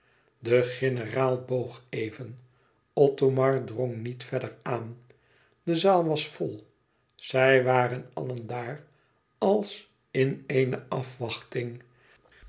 de generaal boog even othomar drong niet verder aan de zaal was vol zij waren allen daar als in eene afwachting